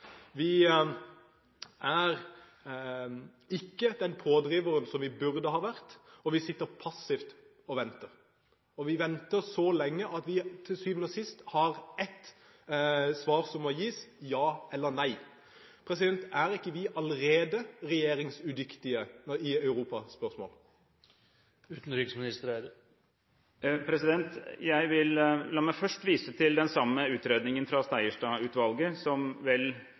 Vi er ikke den pådriveren som vi burde ha vært, vi sitter passivt og venter, og vi venter så lenge at vi til syvende og sist har ett svar som må gis: ja eller nei. Er vi ikke allerede regjeringsudyktige i europapolitikken? La meg først vise til den samme utredningen fra Sejersted-utvalget, som vel